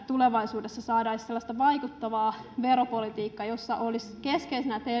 tulevaisuudessa saataisiin sellaista vaikuttavaa veropolitiikkaa jossa olisi keskeisenä